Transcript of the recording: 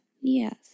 Yes